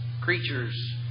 creatures